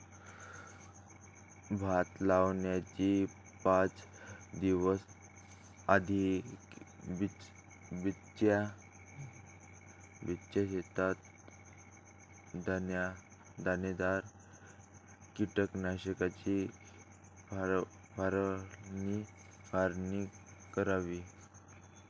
भात लावणीच्या पाच दिवस आधी बिचऱ्याच्या शेतात दाणेदार कीटकनाशकाची फवारणी करावी